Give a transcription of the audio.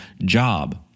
job